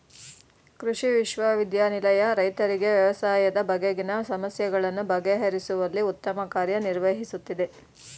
ಕೃಷಿ ವಿಶ್ವವಿದ್ಯಾನಿಲಯ ರೈತರಿಗೆ ವ್ಯವಸಾಯದ ಬಗೆಗಿನ ಸಮಸ್ಯೆಗಳನ್ನು ಬಗೆಹರಿಸುವಲ್ಲಿ ಉತ್ತಮ ಕಾರ್ಯ ನಿರ್ವಹಿಸುತ್ತಿದೆ